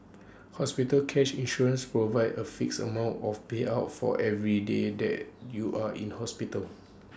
hospital cash insurance provides A fixed amount of payout for every day that you are in hospital